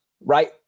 right